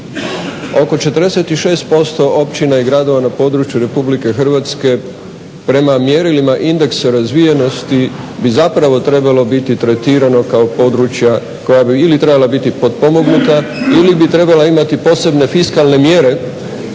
oko 46% općina i gradova na području RH prema mjerilima indeksa razvijenosti bi zapravo trebalo biti tretirano kao područja koja bi ili trebala biti potpomognuta ili bi trebala imati posebne fiskalne mjere